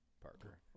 Parker